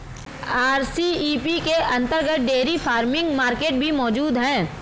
RCEP के अंतर्गत dairy farming market भी मौजूद है